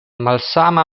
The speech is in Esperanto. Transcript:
malsama